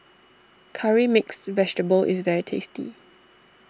Curry Mixed Vegetable is very tasty